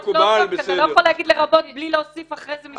אתה לא יכול להגיד "לרבות" בלי להוסיף אחרי זה משהו.